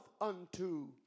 unto